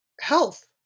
health